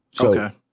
Okay